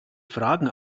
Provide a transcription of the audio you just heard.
fragen